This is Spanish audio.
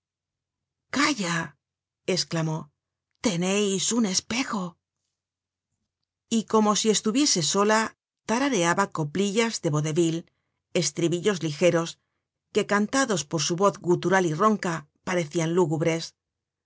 calla esclamó teneis un espejo y como si estuviese sola tarareaba coplillas de vaudeville estribillos ligeros que cantados por su voz gutural y ronca parecian lúgubres